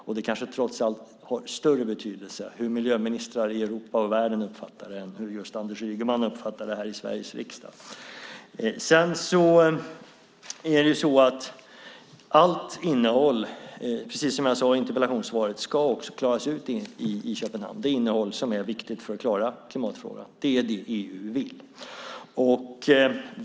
Det har kanske trots allt större betydelse hur miljöministrar i Europa och världen uppfattar det än hur Anders Ygeman uppfattar det här i Sveriges riksdag. Precis som jag sade i interpellationssvaret ska allt innehåll klaras ut i Köpenhamn - det innehåll som är viktigt för att klara klimatfrågan. Det är det som EU vill.